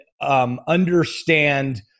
Understand